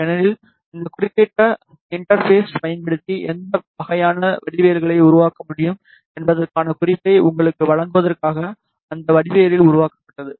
ஏனெனில் இந்த குறிப்பிட்ட இன்டர்ஃபேக்ஸ் பயன்படுத்தி எந்த வகையான வடிவவியல்களை உருவாக்க முடியும் என்பதற்கான குறிப்பை உங்களுக்கு வழங்குவதற்காக அந்த வடிவியல் உருவாக்கப்பட்டது